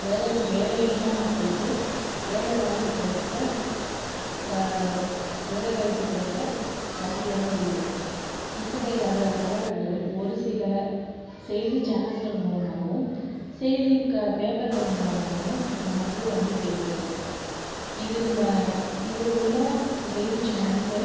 வேலை வேலையில்லா மக்களுக்கு வேலைவாய்ப்பு கிடைக்க க வேலைவாய்ப்பு கிடைக்க வசதியாக உள்ளது இத்தகைய தக தகவல்கள் ஒருசில செய்தி சேனல்கள் மூலமாகவும் செய்தி க பேப்பர்கள் மூலமாகவும் நமக்கு வந்து சேர்கிறது இதில் வ இதில் உள்ள க செய்தி சேனல்கள்